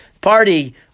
party